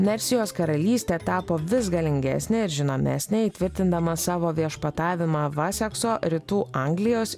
mersijos karalystė tapo vis galingesnė ir žinomesnė įtvirtindama savo viešpatavimą vasekso rytų anglijos